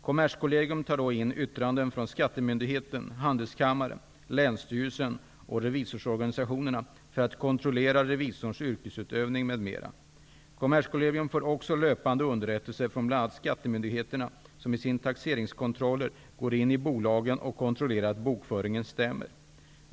Kommerskollegium tar då in yttranden från skattemyndigheten, handelskammaren, länsstyrelsen och revisorsorganisationerna för att kontrollera revisorns yrkesutövning m.m. Kommerskollegium får också löpande underrättelser från bl.a. skattemyndigheterna, som i sina taxeringskontroller går in i bolagen och kontrollerar att bokföringen stämmer.